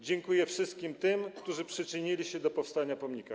Dziękuję wszystkim tym, którzy przyczynili się do powstania pomnika.